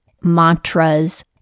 mantras